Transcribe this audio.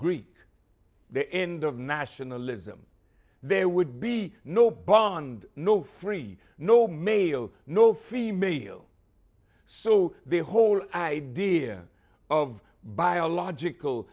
greek the end of nationalism there would be no bond no free no male no female so the whole idea of biological